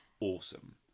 awesome